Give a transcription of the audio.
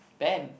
band